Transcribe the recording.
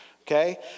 Okay